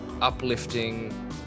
uplifting